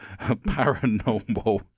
paranormal